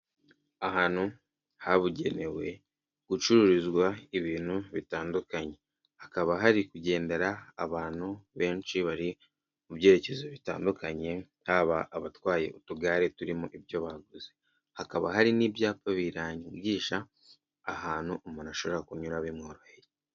Ahantu habugenewe gucururizwa ibintu bitandukanye, hakaba hari kugendera abantu benshi bari mu byerekezo bitandukanye, haba abatwaye utugare turimo ibyo baguze hakaba hari n'ibyapa birangisha ahantu umuntu ashobora kunyura bimworoheye.